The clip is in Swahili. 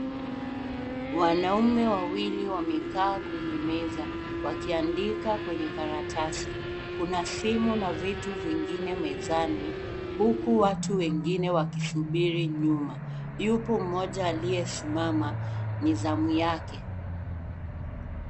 Wanaume wawili wamekaa kwenye meza wakiandika kwenye karatasi kuna simu na vitu vingine mezani huku watu wengine wakisubiri nyuma, yupo moja aliyesimama ni zamu yake.